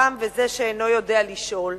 התם וזה שאינו יודע לשאול.